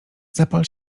zapal